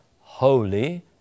holy